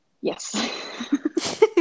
yes